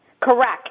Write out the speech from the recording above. Correct